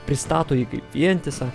pristato jį kaip vientisą